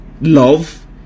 love